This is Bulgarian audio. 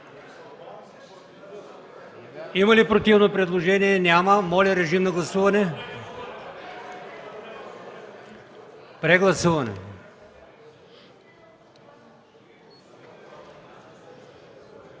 Има ли противно предложение? Няма. Моля режим на гласуване – прегласуване. Гласували